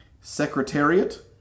Secretariat